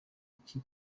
iki